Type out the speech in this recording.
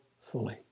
fully